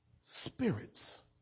Spirits